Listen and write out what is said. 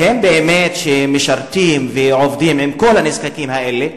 שהם באמת משרתים ועובדים עם כל הנזקקים האלה.